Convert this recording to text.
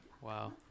Wow